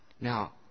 Now